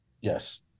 Yes